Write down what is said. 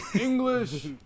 English